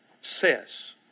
says